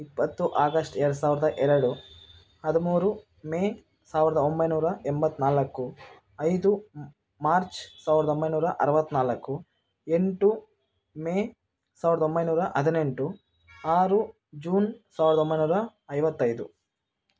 ಇಪ್ಪತ್ತು ಆಗಸ್ಟ್ ಎರಡು ಸಾವಿರದ ಎರಡು ಹದಿಮೂರು ಮೇ ಸಾವಿರದ ಒಂಬೈನೂರ ಎಂಬತ್ತು ನಾಲ್ಕು ಐದು ಮಾರ್ಚ್ ಸಾವಿರದ ಒಂಬೈನೂರ ಅರುವತ್ತ ನಾಲ್ಕು ಎಂಟು ಮೇ ಸಾವಿರದ ಒಂಬೈನೂರ ಹದಿನೆಂಟು ಆರು ಜೂನ್ ಸಾವಿರದ ಒಂಬೈನೂರ ಐವತ್ತೈದು